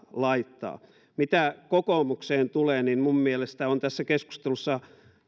laittaa mitä kokoomukseen tulee niin minun mielestäni on tässä keskustelussa